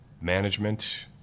management